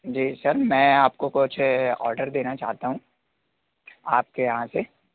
जी sir मैं आपको कुछ ऑर्डर देना चाहता हूँ आपके यहाँ से